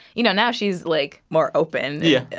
you know, now she's, like, more open. yeah.